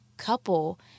couple